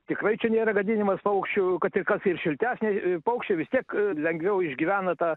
tikrai čia nėra gadinimas paukščių kad ir kas ir šiltesnį paukščiai vis tiek lengviau išgyvena tą